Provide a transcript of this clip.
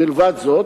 מלבד זאת,